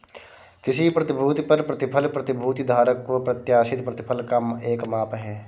किसी प्रतिभूति पर प्रतिफल प्रतिभूति धारक को प्रत्याशित प्रतिफल का एक माप है